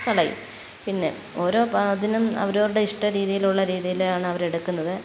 കളയും പിന്നെ ഓരോ അതിനും അവരവരുടെ ഇഷ്ടരീതിയിലുള്ള രീതിയിലാണ് അവരെടുക്കുന്നത്